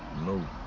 No